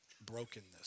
brokenness